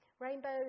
Rainbows